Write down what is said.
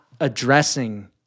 addressing